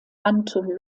anton